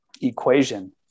equation